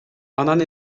анан